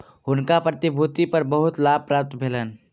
हुनका प्रतिभूति पर बहुत लाभ प्राप्त भेलैन